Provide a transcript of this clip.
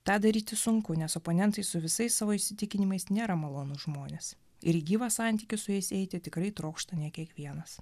tą daryti sunku nes oponentai su visais savo įsitikinimais nėra malonūs žmonės ir į gyvą santykį su jais eiti tikrai trokšta ne kiekvienas